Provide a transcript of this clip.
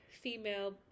female